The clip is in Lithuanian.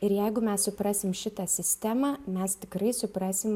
ir jeigu mes suprasim šitą sistemą mes tikrai suprasim